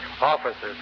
Officers